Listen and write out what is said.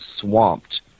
swamped